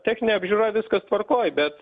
techninė apžiūra viskas tvarkoj bet